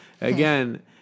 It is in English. again